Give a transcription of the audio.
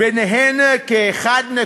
לא חל עליו החוק הזה, כל מה